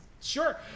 Sure